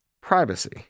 privacy